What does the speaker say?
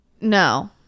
no